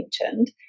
mentioned